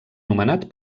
nomenat